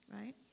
right